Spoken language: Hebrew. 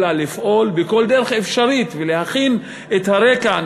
אלא לפעול בכל דרך אפשרית ולהכין את הרקע,